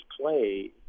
play